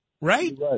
Right